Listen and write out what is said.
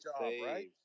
right